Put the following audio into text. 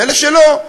ואלה שלא,